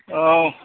औ